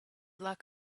luck